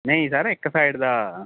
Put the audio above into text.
ਨਈਂ ਸਰ ਇੱਕ ਸਾਈਡ ਦਾ